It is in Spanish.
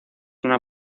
una